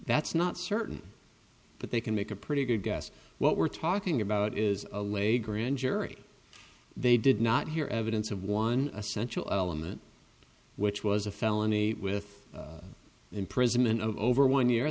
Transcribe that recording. that's not certain but they can make a pretty good guess what we're talking about is a lay grand jury they did not hear evidence of one essential element which was a felony with imprisonment of over one year